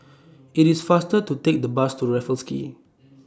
IT IS faster to Take The Bus to Raffles Quay